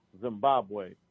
Zimbabwe